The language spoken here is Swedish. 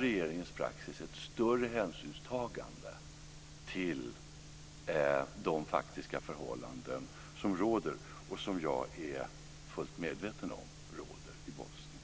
regeringens praxis ett större hänsynstagande till de faktiska förhållanden som råder, och som jag är fullt medveten om, i Bosnien.